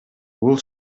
бул